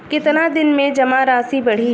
कितना दिन में जमा राशि बढ़ी?